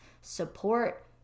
support